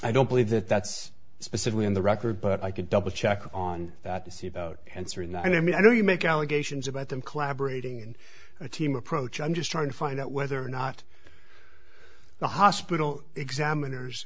i don't believe that that's specifically in the record but i can double check on that to see about answering that i mean i know you make allegations about them collaborating in a team approach i'm just trying to find out whether or not the hospital examiners